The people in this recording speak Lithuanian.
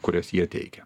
kurias jie teikia